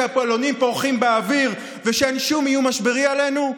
כשהבלונים פורחים באוויר וכשאין שום איום משברי עלינו?